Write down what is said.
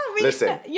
Listen